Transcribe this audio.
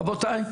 רבותיי,